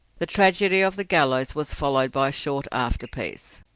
the tragedy of the gallows was followed by a short afterpiece.